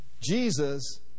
Jesus